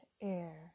air